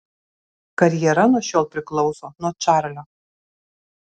karjera nuo šiol priklauso nuo čarlio